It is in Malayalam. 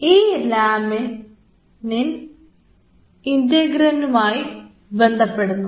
ഈ ലാമിനിൻ ഇന്റഗ്രിനുമായി ബന്ധപ്പെടുന്നു